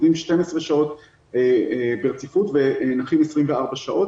שעובדים 12 שעות ברציפות ונחים 24 שעות,